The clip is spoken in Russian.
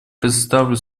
предоставлю